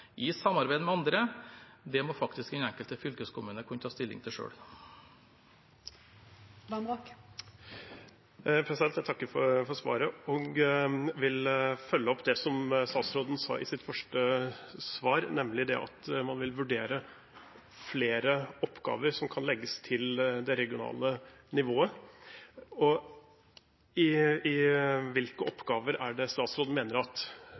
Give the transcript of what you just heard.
i samarbeid med andre. Det må faktisk den enkelte fylkeskommune kunne ta stilling til selv. Jeg takker for svaret og vil følge opp noe som statsråden sa i sitt første svar, nemlig at man vil vurdere flere oppgaver som kan legges til det regionale nivået. Hvilke oppgaver er det statsråden mener at